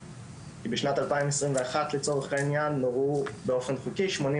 בשנת 2021 לצורך העניין נורו באופן חוקי 86